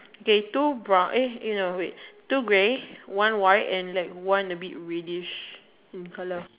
okay two brown eh eh no wait two grey one white and like one a bit reddish in colour